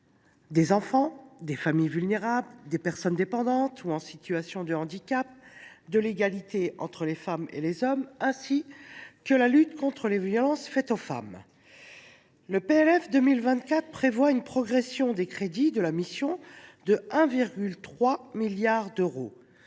des enfants, des familles vulnérables, des personnes dépendantes ou en situation de handicap, de l’égalité entre les femmes et les hommes, ainsi que de la lutte contre les violences faites aux femmes. Le PLF 2024 prévoit une progression des crédits de la mission, de 1,3 milliard d’euros,